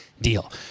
deal